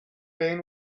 lane